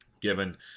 Given